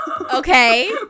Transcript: Okay